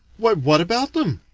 why, what about them?